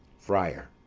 friar.